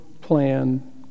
plan